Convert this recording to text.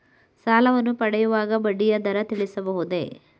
ಸಾಲವನ್ನು ಪಡೆಯುವಾಗ ಬಡ್ಡಿಯ ದರ ತಿಳಿಸಬಹುದೇ?